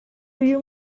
you